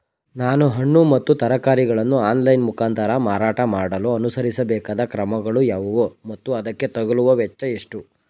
ನಾನು ಹಣ್ಣು ಮತ್ತು ತರಕಾರಿಗಳನ್ನು ಆನ್ಲೈನ ಮೂಲಕ ಮಾರಾಟ ಮಾಡಲು ಅನುಸರಿಸಬೇಕಾದ ಕ್ರಮಗಳು ಯಾವುವು ಮತ್ತು ಅದಕ್ಕೆ ತಗಲುವ ವೆಚ್ಚ ಎಷ್ಟು?